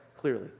clearly